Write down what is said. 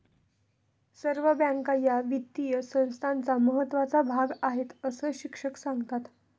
सर्व बँका या वित्तीय संस्थांचा महत्त्वाचा भाग आहेत, अस शिक्षक सांगतात